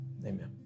Amen